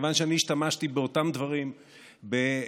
מכיוון שאני השתמשתי באותם דברים בנאומי,